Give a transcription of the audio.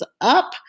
up